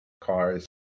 cars